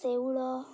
ଶେଉଳ